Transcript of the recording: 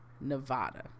Nevada